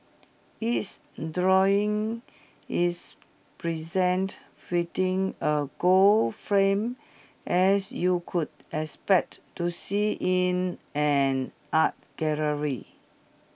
each drawing is presented A gold frame as you could expect to see in an art gallery